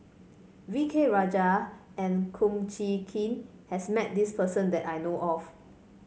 V K Rajah and Kum Chee Kin has met this person that I know of